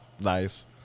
nice